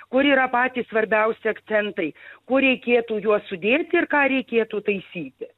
kur yra patys svarbiausi akcentai kur reikėtų juos sudėti ir ką reikėtų taisyti